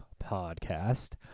podcast